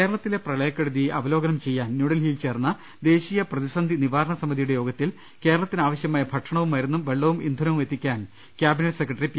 കേരളത്തിലെ പ്രളയക്കെടുതി അവലോകനം ചെയ്യാൻ ന്യൂഡൽഹി യിൽ ചേർന്ന ദേശീയ പ്രതിസന്ധി നിവാരണ സമിതിയുടെ യോഗത്തിൽ കേരളത്തിന് ആവശ്യമായ ഭക്ഷണവും മരുന്നും വെള്ളവും ഇന്ധനവും എത്തിക്കാൻ ക്യാബിനറ്റ് സെക്രട്ടറി പി